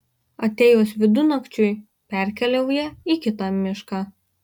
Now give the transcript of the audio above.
atėjus vidunakčiui perkeliauja į kitą mišką